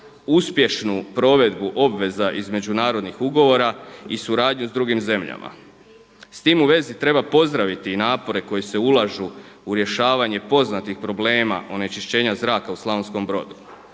uspješnu provedbu obveza iz međunarodnih ugovora i suradnju sa drugim zemljama. S time u vezi treba pozdraviti i napore koji se ulažu u rješavanje poznatih problema onečišćenja zraka u Slavonskom brodu.